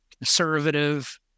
conservative